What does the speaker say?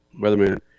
weatherman